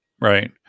Right